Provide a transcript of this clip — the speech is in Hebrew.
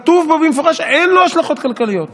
כתוב בו במפורש שאין לו השלכות כלכליות.